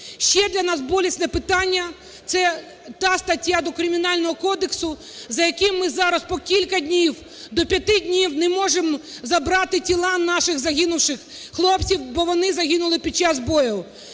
Ще для нас болісне питання – це та стаття до Кримінального кодексу, за яким ми зараз по кілька днів, до 5 днів не можемо забрати тіла наших загинувших хлопців, бо вони загинули під час бою.